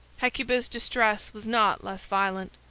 hecuba's distress was not less violent.